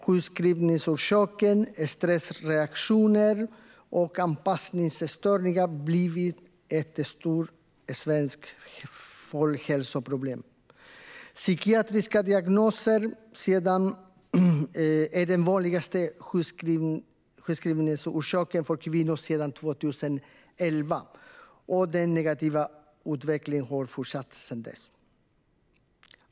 Sjukskrivningsorsakerna är stressreaktioner och anpassningsstörningar, som har blivit ett stort svenskt folkhälsoproblem. Psykiatriska diagnoser är den vanligaste sjukskrivningsorsaken för kvinnor sedan 2011, och den negativa utvecklingen har fortsatt sedan dess.